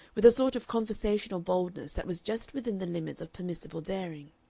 with a sort of conversational boldness that was just within the limits of permissible daring.